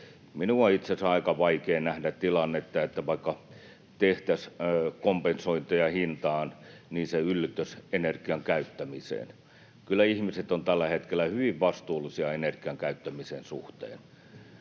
Minun on itse asiassa aika vaikea nähdä tilannetta, että vaikka tehtäisiin kompensointeja hintaan, niin se yllyttäisi energian käyttämiseen. Kyllä ihmiset ovat tällä hetkellä hyvin vastuullisia energian käyttämisen suhteen.